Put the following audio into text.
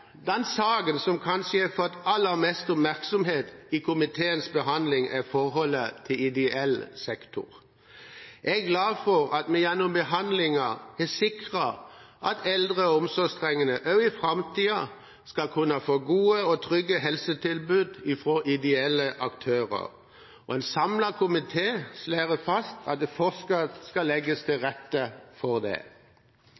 Den saken som nok har fått aller mest oppmerksomhet i komiteens behandling, er forholdet til ideell sektor. Jeg er glad for at vi gjennom behandlingen har sikret at eldre og omsorgstrengende også i framtiden skal kunne få gode og trygge helsetilbud fra ideelle aktører, og en samlet komité slår fast at det fortsatt skal legges til